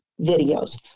videos